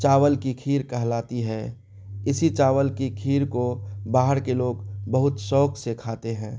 چاول کی کھیر کہلاتی ہے اسی چاول کی کھیر کو باہر کے لوگ بہت شوق سے کھاتے ہیں